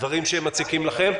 דברים שמציקים לכם?